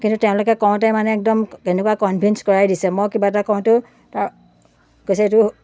কিন্তু তেওঁলোকে কওঁতে মানে একদম এনেকুৱা কনভিঞ্চ কৰাই দিছে মই কিবা এটা কওঁতেও তাৰ কৈছে এইটো